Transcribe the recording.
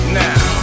now